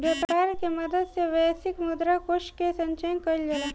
व्यापर के मदद से वैश्विक मुद्रा कोष के संचय कइल जाला